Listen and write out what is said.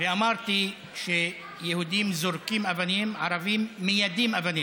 ואמרתי שיהודים זורקים אבנים, ערבים מיידים אבנים.